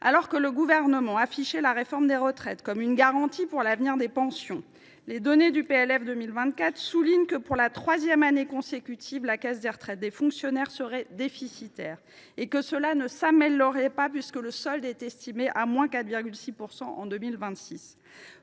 Alors que le Gouvernement affichait la réforme des retraites comme une garantie pour l’avenir des pensions, les données du PLF 2024 soulignent que, pour la troisième année consécutive, la régime de retraite des fonctionnaires devrait être déficitaire et que cela ne devrait pas s’améliorer, puisque le solde est estimé à –4,6 % en 2026.